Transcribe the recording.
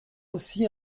aussi